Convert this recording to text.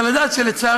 צריך לדעת שלצערנו,